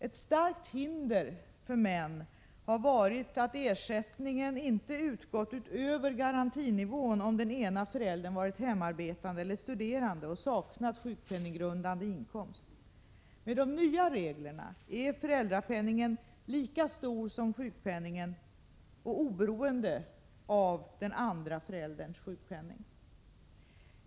Ett starkt hinder för män har varit att ersättning inte utgått utöver garantinivån om den ena föräldern varit hemarbetande eller studerande och saknat sjukpenninggrundande inkomst. Med de nya reglerna är föräldrapenningen lika stor som sjukpenningen och oberoende av den andra förälderns sjukpenning.